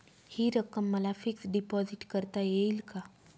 हि रक्कम मला फिक्स डिपॉझिट करता येईल का?